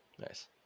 Nice